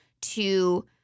to-